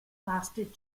lasted